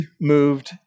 moved